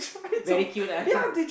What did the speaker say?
very cute ah